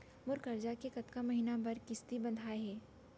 मोर करजा के कतका महीना बर किस्ती बंधाये हे?